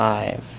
Five